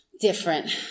different